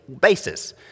basis